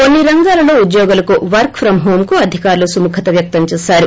కొన్సి రంగాలలో ఉద్యోగులకు వర్క్ ఫ్రం హోమ్కు అధికారులు సుముఖత వ్యక్తం చేశారు